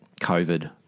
COVID